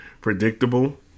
predictable